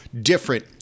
different